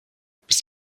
bis